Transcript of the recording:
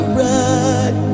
right